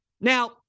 Now